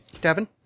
Devin